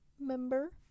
member